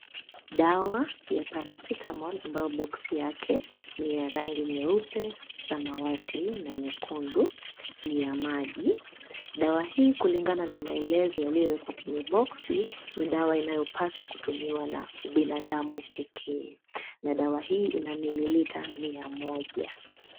Dawa ya paracetamol ambayo boxi yake ni ya rangi nyeupe, samawati na nyekundu. Ni ya maji . Dawa hii kulingana na maelezo yaliowekwa kwenye boxi , ni dawa inayopaswa kutumiwa na binadamu pekee. Na dawa hii ina mililita 100.